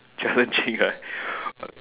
challenging right